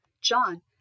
John